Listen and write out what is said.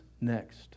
next